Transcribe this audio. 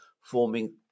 forming